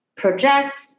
project